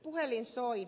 puhelin soi